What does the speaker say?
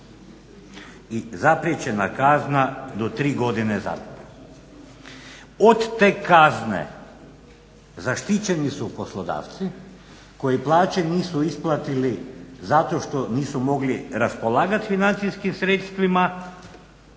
i zapriječena kazna do tri godine zatvora. Od te kazne zaštićeni su poslodavci koji plaće nisu isplatili zato što nisu mogli raspolagati financijskim sredstvima